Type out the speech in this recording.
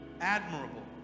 admirable